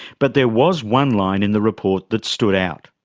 but there was one line in the report that stood out.